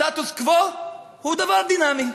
סטטוס-קוו הוא דבר דינמי.